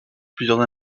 plusieurs